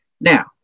Now